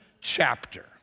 chapter